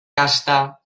casta